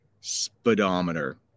speedometer